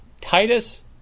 Titus